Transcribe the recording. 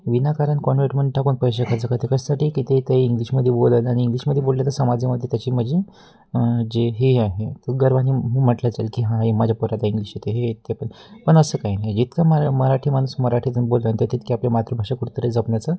विनाकारण कॉनवेटमध्ये टाकून पैसे खर्च करते कशासाठी की ते ते इंग्लिशमध्ये बोलत आणि इंग्लिशमध्ये बोलले तर समाजामध्ये त्याची मजे जे हे आहे ते गर्वाने म्हटलं चल की हां ए माझ्या पोराला इंग्लिश येत हे येते पण पण असं काही नाही इतकं मरा मराठी माणूस मराठीतून बोलला ना तर तितकी आपली मातृभाषा कुठंतरी जपण्याचं